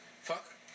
fuck